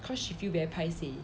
cause she feel very paiseh